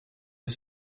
les